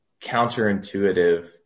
counterintuitive